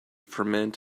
ferment